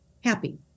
Happy